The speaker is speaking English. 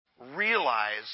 realize